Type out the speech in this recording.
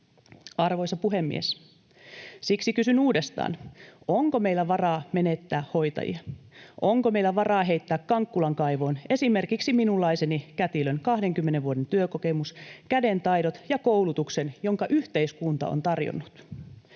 Arvoisa puhemies! Siksi kysyn uudestaan, onko meillä varaa menettää hoitajia, onko meillä varaa heittää Kankkulan kaivoon esimerkiksi minunlaiseni kätilön 20 vuoden työkokemus, kädentaidot ja koulutus, jonka yhteiskunta on tarjonnut.